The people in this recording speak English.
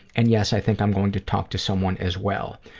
and, yes, i think i'm going to talk to someone as well.